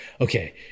okay